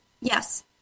Yes